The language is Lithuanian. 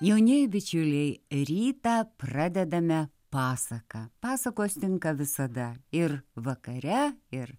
jaunieji bičiuliai rytą pradedame pasaka pasakos tinka visada ir vakare ir